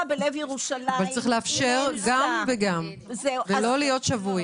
צריך לאפשר גם וגם ולא להיות שבוי.